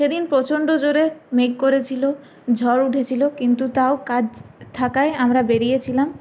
সেদিন প্রচন্ড জোরে মেঘ করেছিলো ঝড় উঠেছিলো কিন্তু তাও কাজ থাকায় আমরা বেরিয়েছিলাম